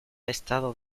estado